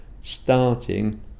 starting